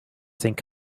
think